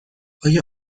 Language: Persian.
آیا